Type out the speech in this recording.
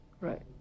Right